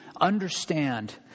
understand